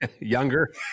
younger